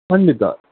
ಖಂಡಿತ